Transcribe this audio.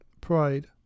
Pride